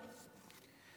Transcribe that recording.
תודה.